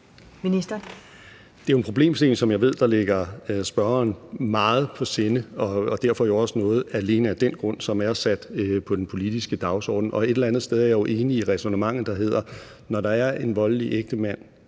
Det er jo en problemstilling, som jeg ved ligger spørgeren meget på sinde, og derfor er det jo også noget, der alene af den grund er sat på den politiske dagsorden. Og et eller andet sted er jeg jo enig i ræsonnementet, der hedder, at når der er en voldelig ægtemand,